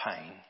pain